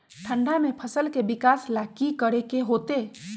ठंडा में फसल के विकास ला की करे के होतै?